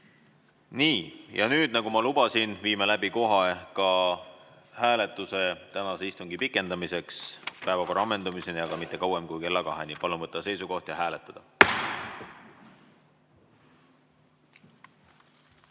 võetud. Nii. Nagu ma lubasin, viime läbi kohe ka hääletuse tänase istungi pikendamiseks päevakorra ammendumiseni, aga mitte kauem kui kella kaheni. Palun võtta seisukoht ja hääletada!